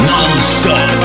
Non-stop